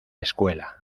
escuela